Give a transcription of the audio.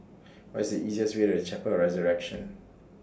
What IS The easiest Way to Chapel of The Resurrection